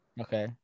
Okay